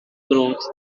growth